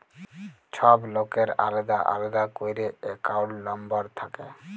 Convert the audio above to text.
ছব লকের আলেদা আলেদা ক্যইরে একাউল্ট লম্বর থ্যাকে